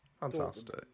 Fantastic